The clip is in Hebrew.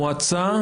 המועצה?